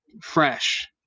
fresh